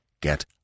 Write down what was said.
Get